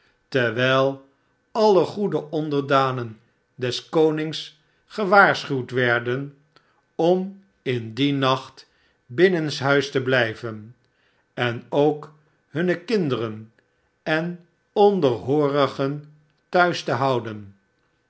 terwijl alle goede onderdanen des konings gewaarschuwd werden om in dien nacht binnenshuis te blijven en ook hunne kinderen en onderhoorigen thuis te houden